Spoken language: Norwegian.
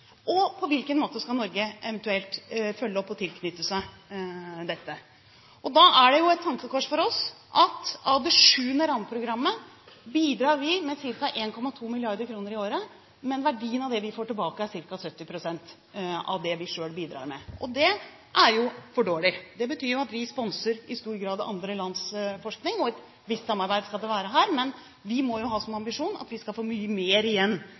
og på hvilken måte Norge eventuelt skal følge opp og tilknytte seg dette. Da er det et tankekors for oss at til det 7. rammeprogrammet bidrar vi med ca. 1,2 mrd. kr i året, men verdien av det vi får tilbake, er ca. 70 pst. av det vi selv bidrar med. Det er for dårlig. Det betyr at vi i stor grad sponser andre lands forskning. Et visst samarbeid skal det være her, men vi må ha som ambisjon at vi skal få mye mer igjen